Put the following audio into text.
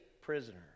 prisoner